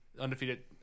undefeated